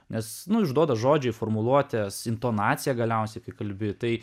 nes nu išduoda žodžiai formuluotės intonacija galiausiai kai kalbi tai